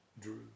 Drew